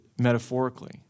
metaphorically